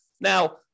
Now